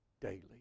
daily